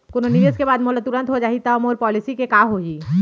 कोनो निवेश के बाद मोला तुरंत हो जाही ता मोर पॉलिसी के का होही?